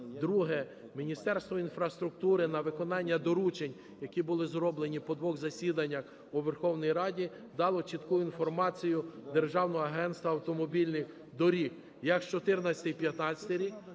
Друге. Міністерство інфраструктури на виконання доручень, які були зроблені по двох засіданнях у Верховній Раді, дало чітку інформацію Державного агентства автомобільних доріг. Як 14-15-й рік,